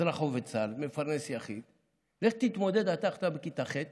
אזרח עובד צה"ל, מפרנס יחיד, לך תתמודד בכיתה ח',